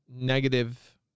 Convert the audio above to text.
negative